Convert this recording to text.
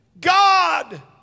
God